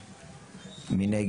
3. מי נגד?